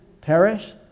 perish